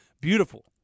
Beautiful